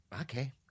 Okay